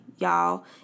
y'all